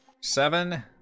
seven